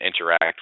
interact